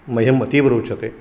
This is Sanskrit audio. मह्यम् अतीव रोचते